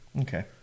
Okay